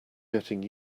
getting